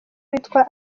witwa